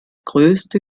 größte